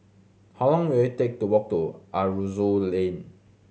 how long will it take to walk to Aroozoo Lane